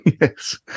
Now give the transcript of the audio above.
yes